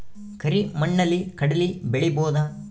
ಕರಿ ಮಣ್ಣಲಿ ಕಡಲಿ ಬೆಳಿ ಬೋದ?